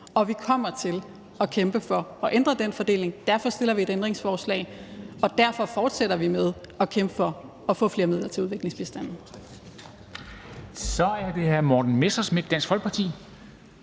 og vi kommer til at kæmpe for at ændre den fordeling. Derfor stiller vi et ændringsforslag, og derfor fortsætter vi med at kæmpe for at få flere midler til udviklingsbistanden. Kl. 13:19 Formanden (Henrik